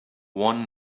one